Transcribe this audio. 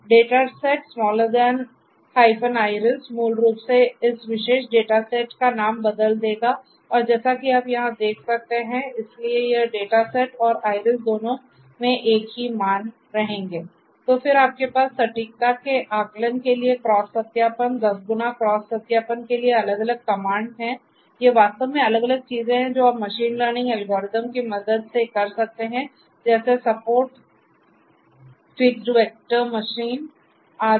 dataset iris मूल रूप से इस विशेष डेटा सेट का नाम बदल देगा और जैसा कि आप यहाँ देख सकते हैं इसलिए यह डेटा सेट और आईरिस दोनों मैं एक ही मान रहेंगे तो फिर आपके पास सटीकता के आकलन के लिए क्रॉस सत्यापन 10 गुना क्रॉस सत्यापन के लिए अलग अलग कमांड हैं ये वास्तव में अलग अलग चीजें हैं जो आप मशीन लर्निंग एल्गोरिदम की मदद से कर सकते हैं जैसे सपोर्ट फिक्सड वेक्टर मशीन आदि